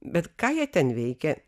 bet ką jie ten veikia